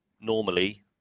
normally